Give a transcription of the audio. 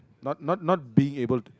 not not not being able to